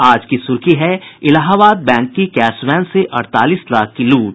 आज की सुर्खी है इलाहाबाद बैंक की कैशवैन से अड़तालीस लाख की लूट